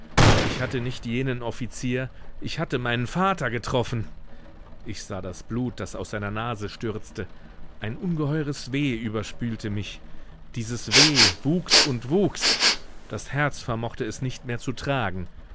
ich hatte nicht jenen offizier ich hatte meinen vater getroffen ich sah das blut das aus seiner nase stürzte ein ungeheures weh überspülte mich dieses weh wuchs und wuchs das herz vermochte es nicht mehr zu tragen